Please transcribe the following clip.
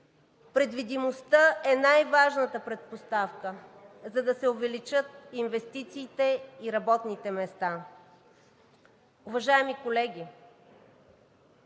Предвидимостта е най-важната предпоставка, за да се увеличат инвестициите и работните места. Уважаеми колеги,